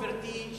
גברתי,